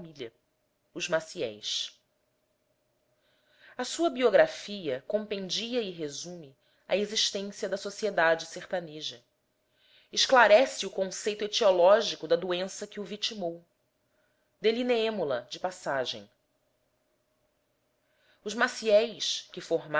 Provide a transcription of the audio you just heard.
a sua biografia compendia e resume a existência da sociedade sertaneja esclarece o conceito etiológico da doença que o vitimou delineemo la de passagem os maciéis que formavam